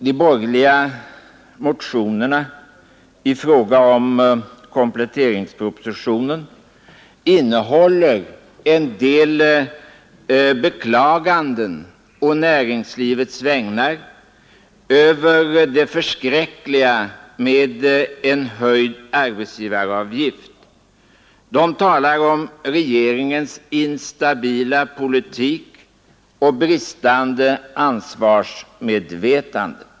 De borgerliga motionerna i anslutning till kompletteringspropositionen innehåller en hel del beklaganden å näringslivets vägnar av det förskräckliga med en höjd arbetsgivaravgift. Det talas i dem om regeringens ”instabila politik” och ”bristande ansvarsmedvetande”.